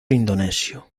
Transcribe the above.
indonesio